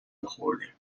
میخوردیم